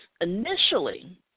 initially –